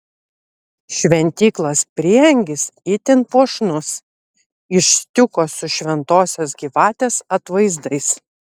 šventyklos prieangis itin puošnus iš stiuko su šventosios gyvatės atvaizdais